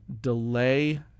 delay